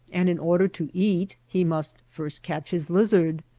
and in order to eat he must first catch his lizard.